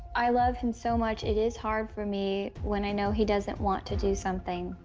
i love him so much. it is hard for me when i know he doesn't want to do something.